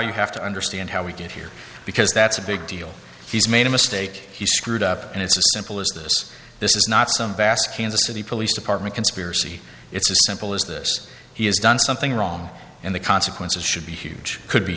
you have to understand how we get here because that's a big deal he's made a mistake he screwed up and it's as simple as this this is not some vast kansas city police department conspiracy it's as simple as this he has done something wrong and the consequences should be huge could be